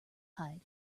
hide